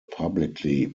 publicly